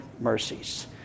mercies